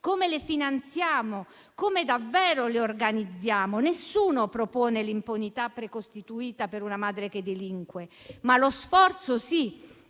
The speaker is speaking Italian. Come le finanziamo? Come davvero le organizziamo? Nessuno propone l'impunità precostituita per una madre che delinque, ma lo sforzo sì,